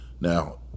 Now